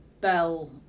bell